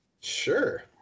Sure